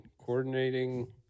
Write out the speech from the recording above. coordinating